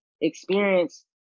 experience